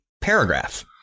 paragraph